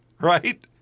right